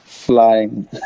Flying